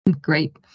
Great